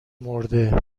مرده